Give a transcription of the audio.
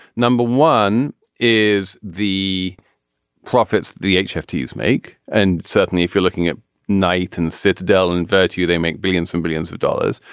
number one is the profits the hft you you make and certainly if you're looking at night and sit dell and virtue they make billions and billions of dollars.